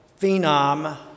phenom